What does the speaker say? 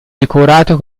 decorato